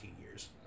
years